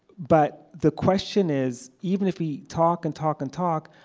but the question is, even if we talk, and talk, and talk,